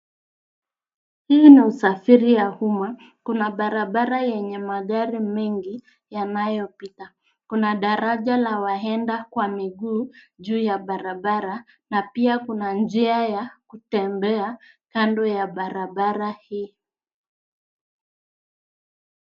Hii ni usafiri ya umma, kuna barabara yenye magari mengi yanayopita. Kuna daraja la waenda kwa miguu juu ya barabara na pia kuna njia ya kutembea kando ya barabara hii.